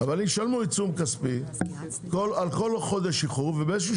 אבל הם ישלמו עיצום כספי על כל חודש איחור.